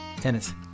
Tennis